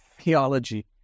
theology